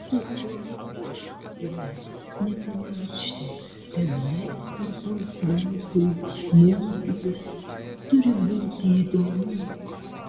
sociologai ragina nepamiršti kad z kartos vaikui mokytis turi būti įdomu